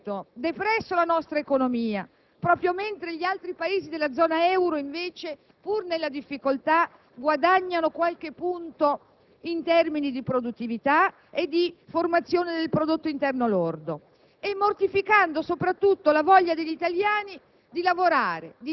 Quale effetto avete ottenuto? Di sicuro, quello di aver depresso la nostra economia proprio mentre gli altri Paesi della zona euro, pur con difficoltà, guadagnano qualche punto in termini di produttività e di formazione del Prodotto interno lordo;